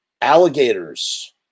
Alligators